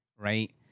right